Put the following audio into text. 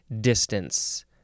distance